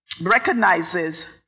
recognizes